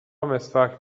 مسواک